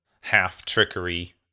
half-trickery